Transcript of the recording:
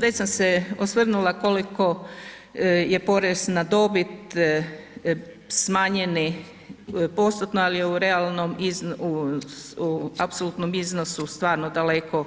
Sve sam se osvrnula koliko je porez na dobit smanjeni postotno, ali u realnom, apsolutnom iznosu stvarno daleko